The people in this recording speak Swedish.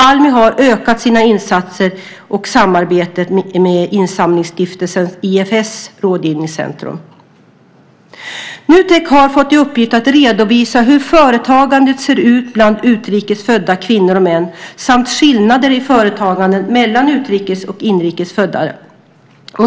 Almi har ökat sina insatser och samarbetet med Insamlingsstiftelsen IFS Rådgivningscentrum, IFS. Nutek har fått i uppgift att redovisa hur företagandet ser ut bland utrikes födda kvinnor och män samt skillnader i företagande mellan utrikes och inrikes födda.